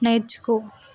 నేర్చుకో